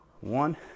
One